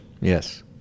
Yes